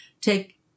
take